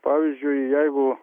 pavyzdžiui jeigu